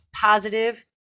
positive